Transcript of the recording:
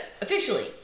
officially